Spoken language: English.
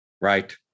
Right